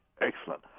excellent